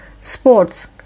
Sports